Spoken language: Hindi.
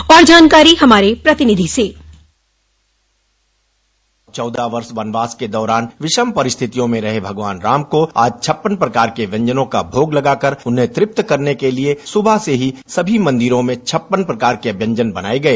और जानकारी हमारे प्रतिनिधि से चौदह वर्ष वनवास के दौरान विषम परिस्थियों में रहे भगवान राम को आज छप्पन प्रकार के व्यंजनों का भोग लगाकर उन्हें तृप्त करने के लिए सुबह से ही सभी मंदिरों में छप्पन प्रकार के व्यंजन बनाये गए